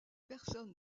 personne